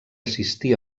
assistí